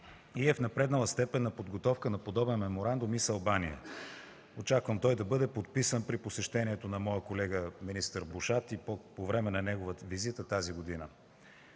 и е в напреднала степен по подготовка на подобен меморандум и с Албания. Очаквам той да бъде подписан при посещението на моя колега министър Бушати по време на неговата визита тази година.